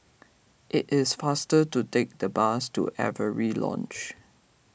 it is faster to take the bus to Avery Lodge